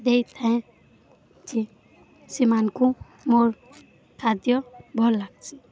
ଦେଇଥାଏ ଯେ ସେମାନଙ୍କୁ ମୋର୍ ଖାଦ୍ୟ ଭଲ୍ ଲାଗ୍ସି